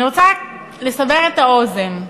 אני רוצה רק לסבר את האוזן: